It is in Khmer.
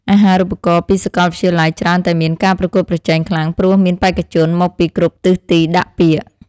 អាហារូបករណ៍ពីសាកលវិទ្យាល័យច្រើនតែមានការប្រកួតប្រជែងខ្លាំងព្រោះមានបេក្ខជនមកពីគ្រប់ទិសទីដាក់ពាក្យ។